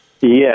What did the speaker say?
Yes